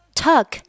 tuck